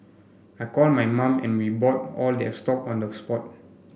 I called my mum and we bought all their stock on the spot